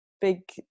big